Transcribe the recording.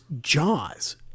Jaws